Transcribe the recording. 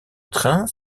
trains